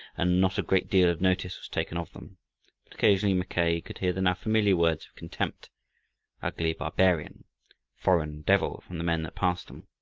and not a great deal of notice was taken of them, but occasionally mackay could hear the now familiar words of contempt ugly barbarian foreign devil from the men that passed them.